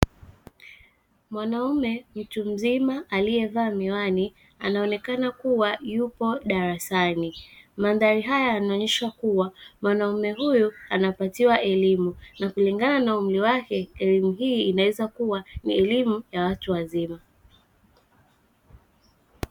Mwanaume mtu mzima aliyevaa miwani anaonekana kuwa yupo darasani, mandhari haya yanaonyesha kuwa mwanaume huyu anapatiwa elimu, na kulingana na umri wake elimu hii inaweza kuwa ni elimu ya watu wazima.